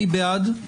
מי בעד?